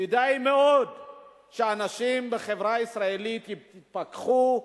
כדאי מאוד שאנשים בחברה הישראלית יתפכחו,